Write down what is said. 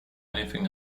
anything